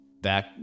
back